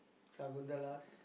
Sakunthala's